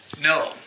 No